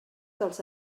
dels